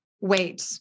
wait